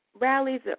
rallies